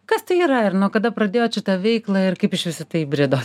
kas tai yra ir nuo kada pradėjot šitą veiklą ir kaip išvis į tai įbrido